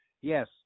Yes